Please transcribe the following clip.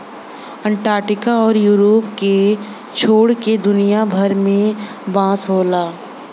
Antarctica आउर Europe के छोड़ के दुनिया भर में बांस होला